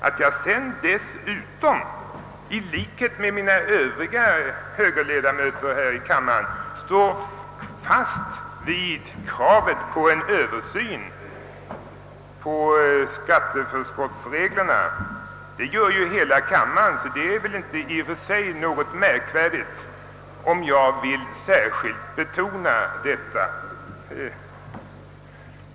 Att jag i likhet med övriga högerledamöter här i kammaren står fast vid kravet på en översyn av skatteförskottsreglerna är väl i och för sig inte så märkligt — det gör hela kammaren.